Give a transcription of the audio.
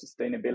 sustainability